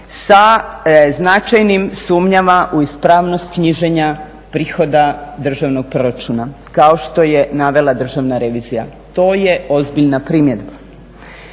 sa značajnim sumnjama u ispravnost knjiženja prihoda državnog proračuna, kao što je navela Državna revizija. To je ozbiljna primjedba.